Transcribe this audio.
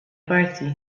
parti